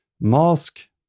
mask